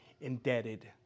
indebted